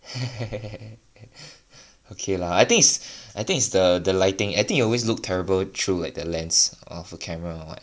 okay lah I think is I think it's the the lighting I think you always look terrible through like the lens of a camera or what